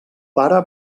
pare